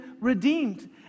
redeemed